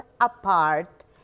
apart